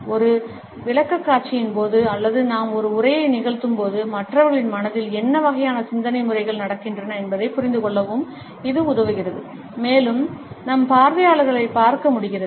ஒரு விளக்கக்காட்சியின் போது அல்லது நாம் ஒரு உரையை நிகழ்த்தும்போது மற்றவர்களின் மனதில் என்ன வகையான சிந்தனை முறைகள் நடக்கின்றன என்பதைப் புரிந்துகொள்ளவும் இது உதவுகிறது மேலும் நம் பார்வையாளர்களைப் பார்க்க முடிகிறது